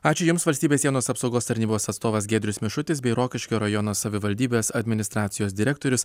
ačiū jums valstybės sienos apsaugos tarnybos atstovas giedrius mišutis bei rokiškio rajono savivaldybės administracijos direktorius